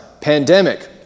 pandemic